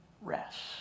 rest